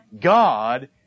God